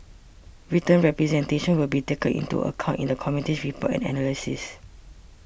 written representations will be taken into account in the Committee's report and analysis